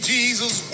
Jesus